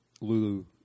Lulu